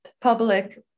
public